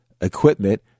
equipment